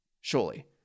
Surely